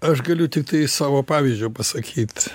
aš galiu tiktai savo pavyzdžiu pasakyt